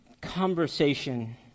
conversation